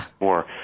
more